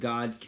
God